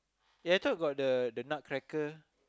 eh I thought got the the nutcracker